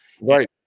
right